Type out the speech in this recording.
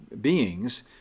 beings